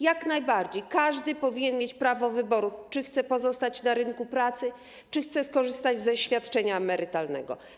Jak najbardziej, każdy powinien mieć prawo wyboru, czy chce pozostać na rynku pracy, czy chce skorzystać ze świadczenia emerytalnego.